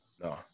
No